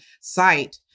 site